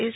S